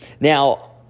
Now